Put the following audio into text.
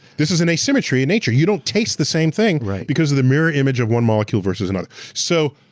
this is an assymetry in nature. you don't taste the same thing because of the mirrored image of one molecule versus another. so,